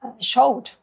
showed